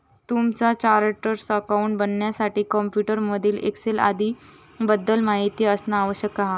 तुमका chartered accountant बनण्यासाठी computer मधील एक्सेल आदीं बद्दल माहिती असना आवश्यक हा